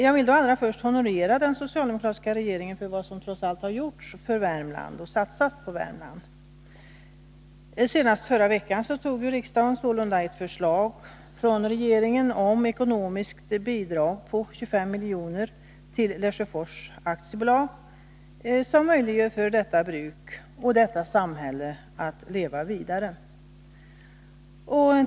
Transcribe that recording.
Jag vill då allra först honorera den socialdemokratiska regeringen för vad som trots allt hittills har satsats på Värmland. Senast förra veckan antog riksdagen sålunda ett förslag från regeringen om ekonomiskt bidrag på 25 miljoner till Lesjöfors AB, vilket möjliggör för detta bruk och detta samhälle att leva vidare.